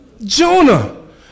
Jonah